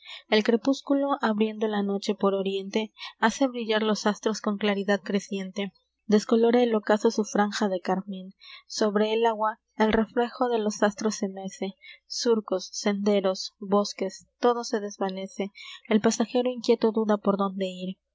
el crepúsculo abriendo la noche por oriente hace brillar los astros con claridad creciente descolora el ocaso su franja de carmin sobre el agua el reflejo de los astros se mece surcos senderos bosques todo se desvanece el pasajero inquieto duda por dónde ir